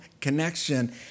connection